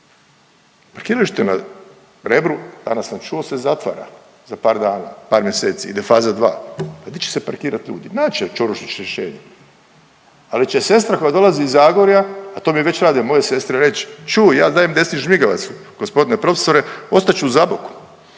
Parkiralište na Rebru, danas sam čuo, se zatvara za par dana, par mjeseci, ide faza dva. Pa di će se parkirat ljudi? Naći će Ćorušić rješenje, ali će sestra koja dolazi iz Zagorja, a to mi već znaju moje sestre reć, čuj ja dajem desni žmigavac g. profesore, ostat ću u Zaboku,